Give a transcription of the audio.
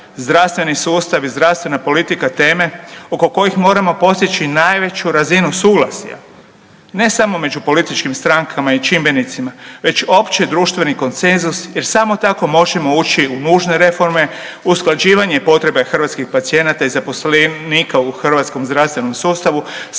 zdravstveni sustav i zdravstvena politika teme oko kojih moramo postići najveću razinu suglasja, ne samo među političkim strankama i čimbenicima već opće društveni konsenzus jer samo tako možemo ući u nužne reforme, usklađivanje i potrebe hrvatskih pacijenata i zaposlenika u hrvatskom zdravstvenom sustavu